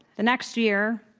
the next year,